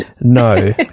no